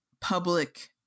public